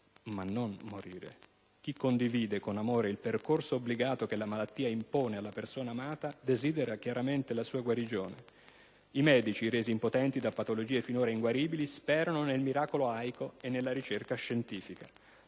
non morire. Chi condivide, con amore, il percorso obbligato che la malattia impone alla persona amata desidera chiaramente la sua guarigione. I medici, resi impotenti da patologie finora inguaribili, sperano nel miracolo laico della ricerca scientifica.